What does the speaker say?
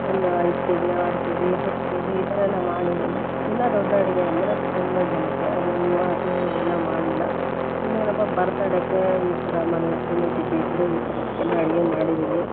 ಒಂದು ಐದು ಕೆಜಿ ಆರು ಕೆಜಿ ಹತ್ತು ಕೆಜಿ ಈ ಥರಯೆಲ್ಲ ಮಾಡಿದ್ದೀನಿ ಇನ್ನೂ ದೊಡ್ಡ ಅಡುಗೆ ಅಂದರೆ ತುಂಬ ಜನಕ್ಕೆ ಅದು ಮಾ ಅದು ಇನ್ನೂ ಮಾಡಿಲ್ಲ ಇನ್ನೇನಪ್ಪ ಬರ್ತಡೇಗೆ ಈ ಥರ ಮನೆ ಪುಣ್ಯತಿಥಿ ಇದ್ದರೆ ಈ ಥರದ್ದಕ್ಕೆಲ್ಲ ಅಡುಗೆ ಮಾಡಿದ್ದೀನಿ